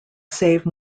save